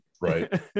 right